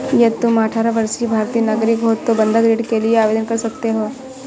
यदि तुम अठारह वर्षीय भारतीय नागरिक हो तो बंधक ऋण के लिए आवेदन कर सकते हो